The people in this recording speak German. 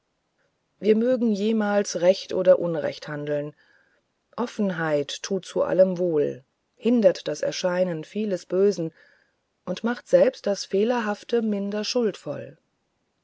wir mögen jemals recht oder unrecht handeln offenheit tut zu allem wohl hindert das erscheinen vieles bösen und macht selbst das fehlerhafte minder